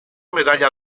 medaglia